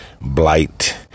blight